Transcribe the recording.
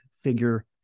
figure